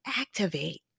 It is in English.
activate